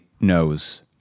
knows